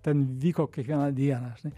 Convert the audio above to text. ten vyko kiekvieną dieną žinai